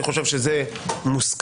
אני חושב שזה מוסכם.